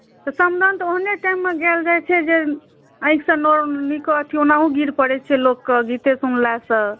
तऽ समदाउन तऽ ओहने टाइममे गायल जाइत छै जे आँखिसँ नोर नीको अथी ओनाहो गिर पड़ैत छै लोकके गीते सुनलासँ